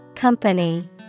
Company